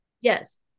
Yes